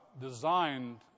designed